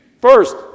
first